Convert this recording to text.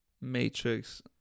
matrix